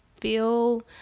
feel